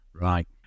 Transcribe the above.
Right